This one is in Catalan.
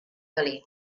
dalí